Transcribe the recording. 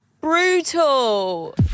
Brutal